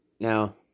Now